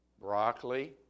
broccoli